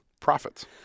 profits